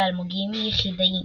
ואלמוגים יחידאיים